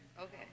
Okay